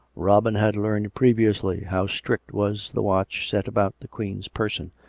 robin had learned previously how strict was the watch set about the queen's person,